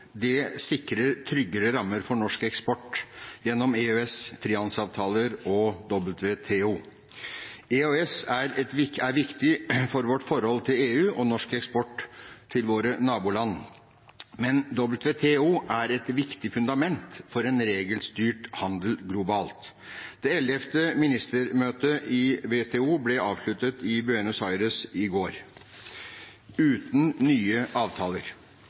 Det sikrer tryggere rammer for norsk eksport gjennom EØS, frihandelsavtaler og WTO. EØS er viktig for vårt forhold til EU og norsk eksport til våre naboland, men WTO er et viktig fundament for en regelstyrt handel globalt. Det 11. ministermøtet i WTO ble avsluttet i Buenos Aires i går uten nye avtaler.